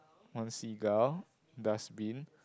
one sea gull dustbin